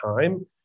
time